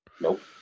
Nope